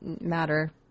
matter